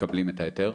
מקבלים את ההיתר.